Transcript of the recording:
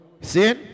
See